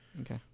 Okay